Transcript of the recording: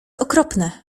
okropne